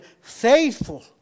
faithful